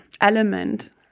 element